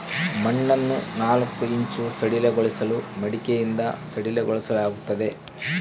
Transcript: ಮಣ್ಣನ್ನು ನಾಲ್ಕು ಇಂಚು ಸಡಿಲಗೊಳಿಸಲು ಮಡಿಕೆಯಿಂದ ಸಡಿಲಗೊಳಿಸಲಾಗ್ತದೆ